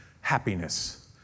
happiness